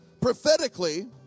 prophetically